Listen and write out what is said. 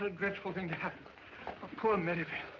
a terrible thing to happen. oh poor merrivale.